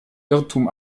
irrtum